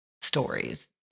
stories